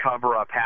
cover-up